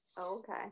Okay